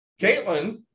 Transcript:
Caitlin